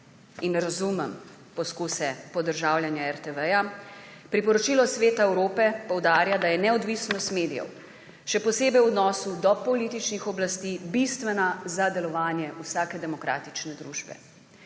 in razumem poskuse podržavljanja RTV. Priporočilo Sveta Evrope poudarja, da je neodvisnost medijev, še posebej v odnosu do političnih oblasti, bistvena za delovanje vsake demokratične družbe.